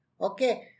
Okay